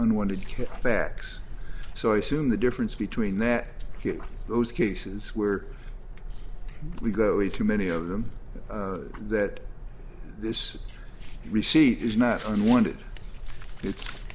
unwanted fax so i assume the difference between that those cases were we go into many of them that this receipt is not unwanted it's